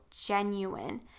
genuine